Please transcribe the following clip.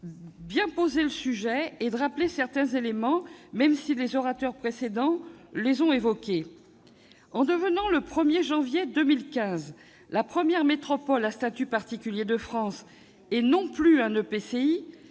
de poser le sujet en rappelant certains éléments, même si les orateurs précédents les ont évoqués. En devenant le 1 janvier 2015 la première métropole à statut particulier de France et non plus un EPCI,